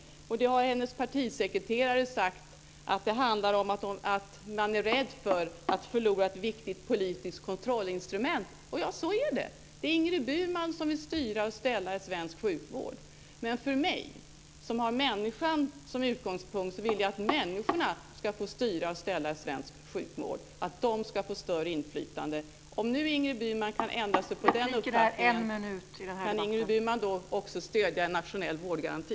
Hennes partisekreterare har ju sagt att det handlar om att man är rädd för att förlora ett viktigt politiskt kontrollinstrument. Och så är det! Det är Ingrid Burman som vill styra och ställa i svensk sjukvård. Men jag, som har människan som utgångspunkt, vill att människorna ska få styra och ställa i svensk sjukvård och att de ska få större inflytande. Om nu Ingrid Burman kan ändra sig när det gäller den uppfattningen, kan hon då också stödja en nationell vårdgaranti?